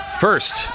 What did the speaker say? First